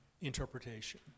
interpretation